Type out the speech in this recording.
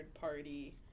party